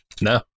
No